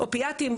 אופיאטיים,